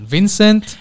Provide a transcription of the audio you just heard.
Vincent